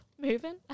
moving